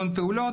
המון פעולות,